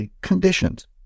conditions